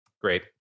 Great